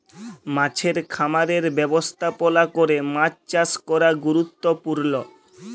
মাছের খামারের ব্যবস্থাপলা ক্যরে মাছ চাষ ক্যরা গুরুত্তপুর্ল